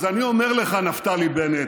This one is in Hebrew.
אז אני אומר לך, נפתלי בנט: